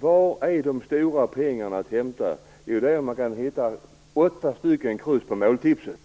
Var finns de stora pengarna att hämta? Jo, det är om man kan få in åtta stycken kryss på måltipset.